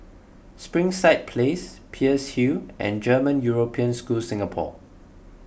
Springside Place Peirce Hill and German European School Singapore